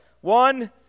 One